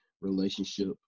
relationship